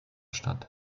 stadt